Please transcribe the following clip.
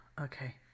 Okay